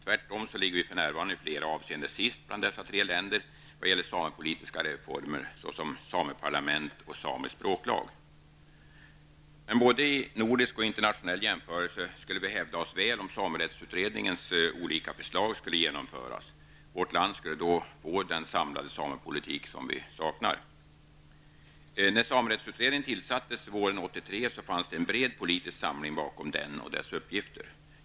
Tvärtom ligger vi för närvarande i flera avseenden sist bland dessa tre länder vad gäller samepolitiska reformer, såsom sameparlament och samisk språklag. Både i nordisk och internationell jämförelse skulle vi hävda oss väl om samerättsutredningens olika förslag skulle genomföras. Vårt land skulle då få den samlade samepolitik som vi saknat. fanns en bred politisk samling bakom den och dess uppgifter.